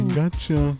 gotcha